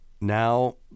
now